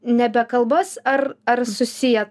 nebe kalbas ar ar susiję